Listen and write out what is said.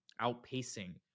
outpacing